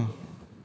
ya